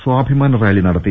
സ്വാഭിമാനറാലി നടത്തി